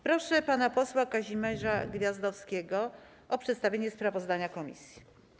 Proszę pana posła Kazimierza Gwiazdowskiego o przedstawienie sprawozdania komisji.